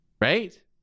Right